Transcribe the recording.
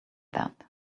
that